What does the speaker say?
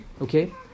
okay